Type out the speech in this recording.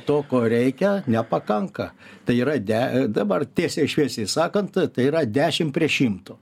to ko reikia nepakanka tai yra de dabar tiesiai šviesiai sakant tai yra dešim prie šimto